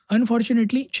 Unfortunately